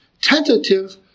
tentative